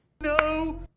no